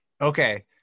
okay